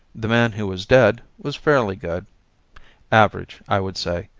the man who was dead was fairly good average, i would say.